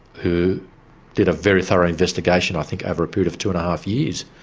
who did a very thorough investigation, i think over a period of two and a half years.